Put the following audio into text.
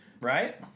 right